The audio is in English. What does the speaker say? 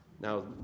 Now